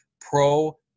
pro